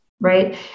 right